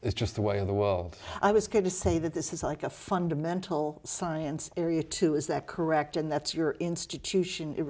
is just a way of the well i was going to say that this is like a fundamental science area too is that correct and that's your institution it